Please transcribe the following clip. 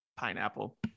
Pineapple